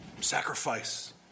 Sacrifice